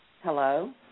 Hello